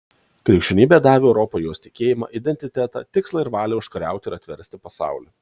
krikščionybė davė europai jos tikėjimą identitetą tikslą ir valią užkariauti ir atversti pasaulį